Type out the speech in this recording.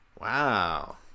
Wow